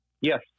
Yes